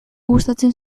gustatzen